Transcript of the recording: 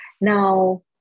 Now